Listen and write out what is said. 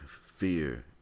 fear